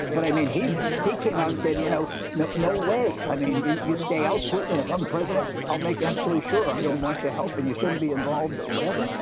but, i mean, he's he came and said, you know no no way. i mean, you stay out, putin. and if i'm president, i will make absolutely sure. i don't want your help and you shouldn't be involved or whatever.